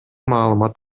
маалымат